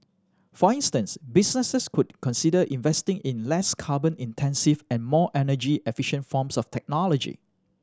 for instance businesses could consider investing in less carbon intensive and more energy efficient forms of technology